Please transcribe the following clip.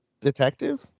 Detective